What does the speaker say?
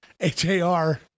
H-A-R